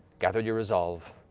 gathered your resolve,